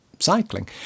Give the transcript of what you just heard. cycling